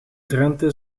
drenthe